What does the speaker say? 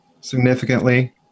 significantly